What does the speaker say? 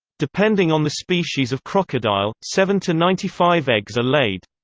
depending on the species of crocodile, seven to ninety five eggs are laid.